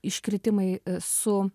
iškritimai su